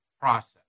process